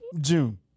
June